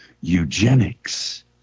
eugenics